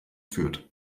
führt